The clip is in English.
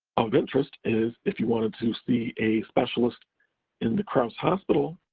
of interest is if you wanted to see a specialist in the crouse hospital,